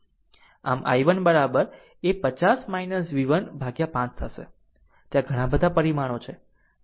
આમ i1 એ 50 v1 ભાગ્યા 5 હશે ત્યાં ઘણા બધા પરિમાણો છે